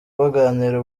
baganira